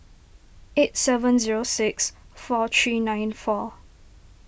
eight seven zero six four three nine four